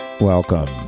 Welcome